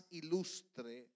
ilustre